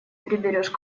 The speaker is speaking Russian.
приберешь